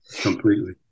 completely